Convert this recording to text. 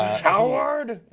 howard!